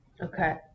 Okay